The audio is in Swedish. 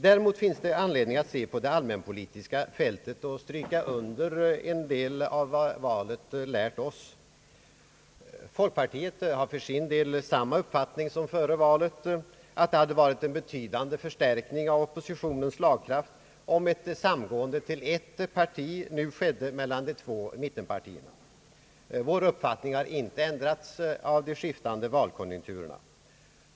Däremot finns det anledning att se på det allmänpolitiska fältet och att stryka under en del av vad valet lärt oss. Folkpartiet har för sin del samma uppfattning som före valet, att det hade varit en betydande förstärkning av oppositionens slagkraft, om ett samgående till ett parti nu skedde mellan de två mittenpartierna. Vår uppfattning har inte ändrats av de skiftande valkonjunkturerna.